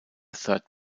third